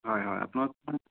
হয় হয় আপোনালোক